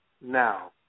now